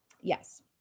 yes